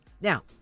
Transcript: Now